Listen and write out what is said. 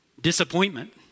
disappointment